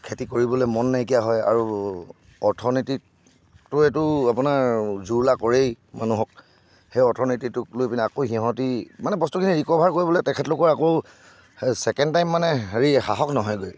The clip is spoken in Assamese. খেতি কৰিবলৈ মন নাইকিয়া হয় আৰু অৰ্থনীতিতটো এইটো আপোনাৰ জুৰুলা কৰেই মানুহক সেই অৰ্থনীতিটোক লৈ পেলাই আকৌ সিহঁতে মানে বস্তুখিনি ৰিকভাৰ কৰিবলৈ তেখেতলোকৰ আকৌ সেই চেকেণ্ড টাইম মানে হেৰি সাহস নহয় গৈ